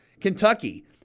Kentucky